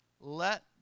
let